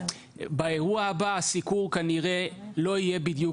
באירוע הבא הסיקור כנראה לא יהיה בדיוק